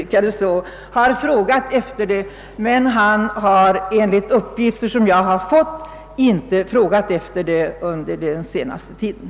Det är alltså ingalunda fråga om att lura riksdagen.